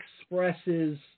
expresses